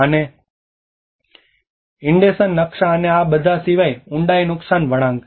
અને ઇનડેશન નકશા અને આ બધા સિવાય ઉંડાઈ નુકસાન વળાંક